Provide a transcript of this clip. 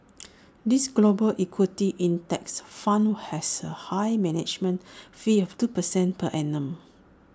this global equity index fund has A high management fee of two percent per annum